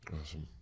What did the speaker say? Awesome